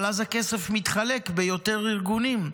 אבל אז הכסף מתחלק בין יותר ארגונים,